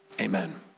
amen